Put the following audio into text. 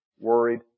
worried